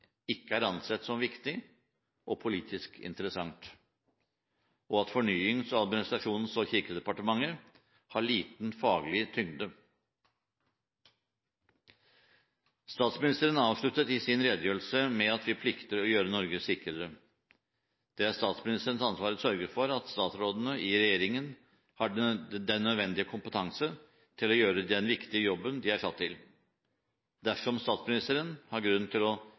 ikke er ansett som viktig og politisk interessant, og at Fornyings-, administrasjons- og kirkedepartementet har liten faglig tyngde. Statsministeren avsluttet sin redegjørelse med å si at vi plikter å gjøre Norge sikrere. Det er statsministerens ansvar å sørge for at statsrådene i regjeringen har den nødvendige kompetanse til å gjøre den viktige jobben de er satt til. Dersom statsministeren har grunn til å